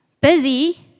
busy